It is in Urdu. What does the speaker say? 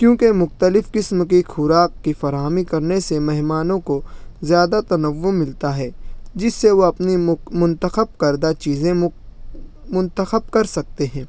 کیوںکہ مختلف قسم کی خوراک کی فراہمی کرنے سے مہمانوں کو زیادہ تنوع ملتا ہے جس سے وہ اپنی مک منتخب کردہ چیزیں منتخب کر سکتے ہیں